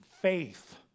Faith